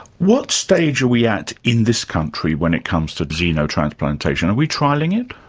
what stage are we at in this country when it comes to xenotransplantation? are we trialling it?